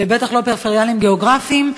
בטח לא פריפריאליים גיאוגרפיים,